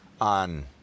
on